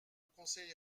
conseil